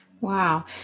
Wow